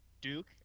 Duke